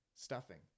stuffing